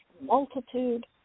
multitude